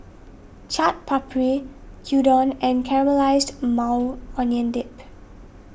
Chaat Papri Gyudon and Caramelized Maui Onion Dip